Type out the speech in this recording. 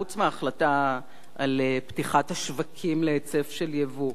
חוץ מההחלטה על פתיחת השווקים להיצף של יבוא,